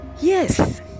Yes